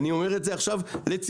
אני אומר את זה עכשיו לציטוט.